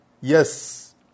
Yes